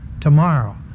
tomorrow